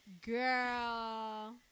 Girl